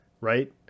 right